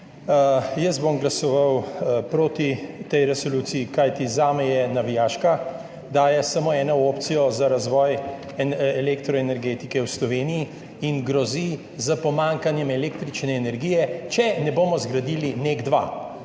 jaz bom glasoval proti tej resoluciji, kajti zame je navijaška, daje samo eno opcijo za razvoj elektroenergetike v Sloveniji in grozi s pomanjkanjem električne energije, če ne bomo zgradili NEK 2.